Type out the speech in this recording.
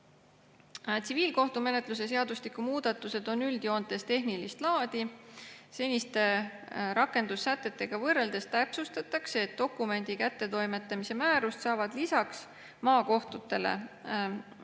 Tsiviilkohtumenetluse seadustiku muudatused on üldjoontes tehnilist laadi. Seniste rakendussätetega võrreldes täpsustatakse, et dokumendi kättetoimetamise määrust saavad lisaks maakohtutele otse,